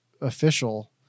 official